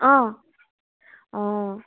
অঁ অঁ